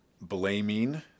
blaming